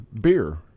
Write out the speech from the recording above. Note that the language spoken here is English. beer